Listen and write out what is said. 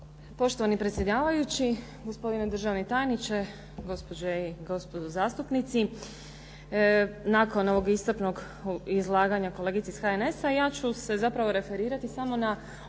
Poštovani predsjedavajući, gospodine državni tajniče, gospođe i gospodo zastupnici. Nakon ovog iscrpnog izlaganja kolegice iz HNS-a ja ću se zapravo referirati samo na onaj dio